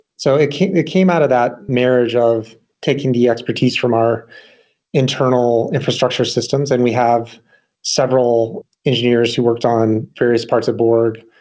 so it came it came out of that marriage of taking the expertise from our internal infrastructure systems and we have several engineers who worked on various parts of borg,